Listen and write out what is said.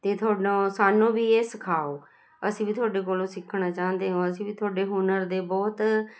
ਅਤੇ ਤੁਹਾਨੂੰ ਸਾਨੂੰ ਵੀ ਇਹ ਸਿਖਾਓ ਅਸੀਂ ਵੀ ਤੁਹਾਡੇ ਕੋਲੋਂ ਸਿੱਖਣਾ ਚਾਂਦੇ ਅਸੀਂ ਵੀ ਤੁਹਾਡੇ ਹੁਨਰ ਦੇ ਬਹੁਤ